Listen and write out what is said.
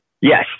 Yes